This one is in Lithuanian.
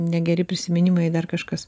negeri prisiminimai dar kažkas